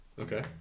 Okay